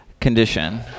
condition